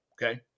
Okay